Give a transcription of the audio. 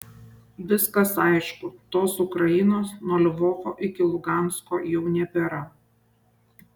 viskas aišku tos ukrainos nuo lvovo iki lugansko jau nebėra